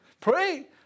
pray